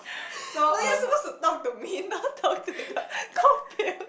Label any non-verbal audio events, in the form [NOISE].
[BREATH] no you're supposed to talk to me not talk to the